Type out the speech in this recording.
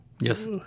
Yes